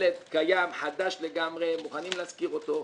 שלד קיים חדש לגמרי, מוכנים להשכיר אותו.